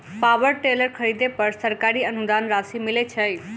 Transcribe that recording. Power tiller खरीदे पर सरकारी अनुदान राशि मिलय छैय?